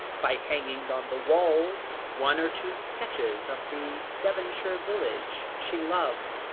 by hanging on the walls one or two sketches of the devonshire village she loved,